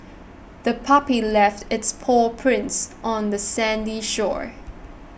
the puppy left its paw prints on the sandy shore